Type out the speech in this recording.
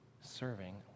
serving